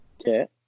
okay